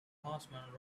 horseman